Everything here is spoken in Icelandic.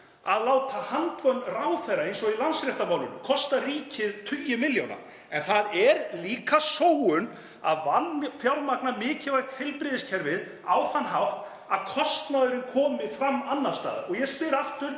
að láta handvömm ráðherra, eins og í Landsréttarmálinu, kosta ríkið tugi milljóna. En það er líka sóun að vanfjármagna mikilvægt heilbrigðiskerfi á þann hátt að kostnaðurinn komi fram annars staðar. Ég spyr aftur: